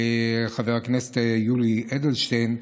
חבר הכנסת יולי אדלשטיין,